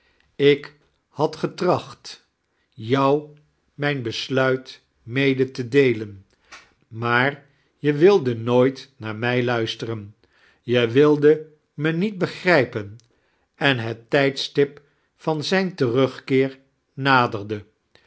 ik had getracht jou mijn besluit mede te deelem maar je wilde nooit naar mij luisteren je wilde me niet begrijpen en het tijdistip van zijn teirugikieej naderde